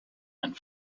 and